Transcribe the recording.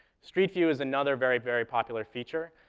street view is another very, very popular feature.